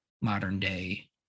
modern-day